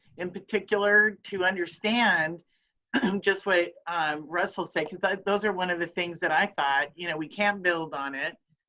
in particular to understand just what russell said, because those those are one of the things that i thought you know we can build on it.